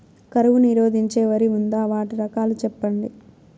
కరువు నిరోధించే వరి ఉందా? వాటి రకాలు చెప్పండి?